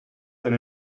eine